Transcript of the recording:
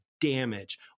damage